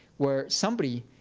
where somebody,